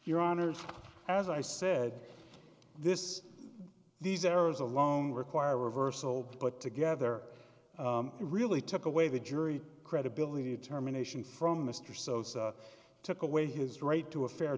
your honour's as i said this these errors alone require reversal but together really took away the jury credibility terminations from mr sosa took away his right to a fair